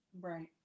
right